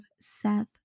Seth